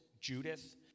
Judith